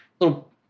little